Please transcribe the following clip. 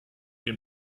den